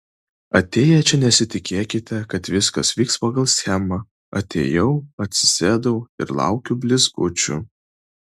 atėję čia nesitikėkite kad viskas vyks pagal schemą atėjau atsisėdau ir laukiu blizgučių